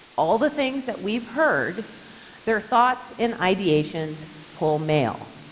all the things that we've heard their thoughts and ideations pull male.